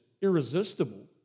irresistible